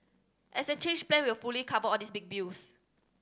as a changed plan will fully cover all these big bills